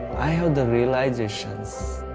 i had the realisations,